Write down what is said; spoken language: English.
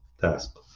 task